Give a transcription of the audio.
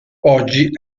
oggi